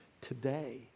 today